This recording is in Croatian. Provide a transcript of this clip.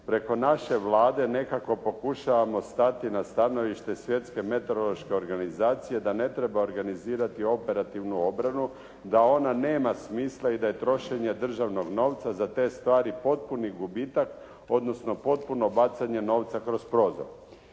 «Preko naše Vlade nekako pokušavamo stati na stanovište Svjetske meteorološke organizacije da ne treba organizirati operativnu obranu, da ona nema smisla i da je trošenje državnog novca za te stvari potpuni gubitak odnosno potpuno bacanje novca kroz prozor.